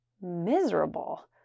miserable